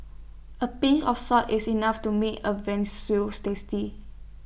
A pinch of salt is enough to make A Veal Stew tasty